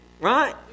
right